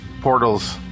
portals